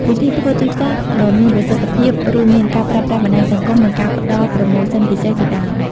វិធីធ្វើទីផ្សារដ៏មានប្រសិទ្ធភាពរួមមានការប្រើប្រាស់បណ្ដាញសង្គម និងការផ្ដល់ប្រូម៉ូសិនពិសេសជាដើម។